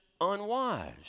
unwise